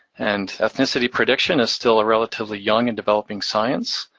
and ethnicity prediction is still a relatively young and developing science.